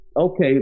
okay